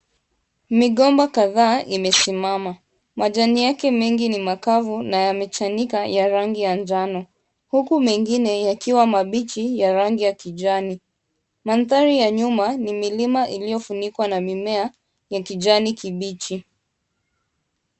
Migomba kadhaa imesimama, majani yake mengi ni makavu na yamechanika ya rangi ya manjano, huku mengine yakiwa mabichi ya rangi ya kijani. Mandhari ya nyuma ni milima iliyofunikwa na mimea ya kijani kibichi.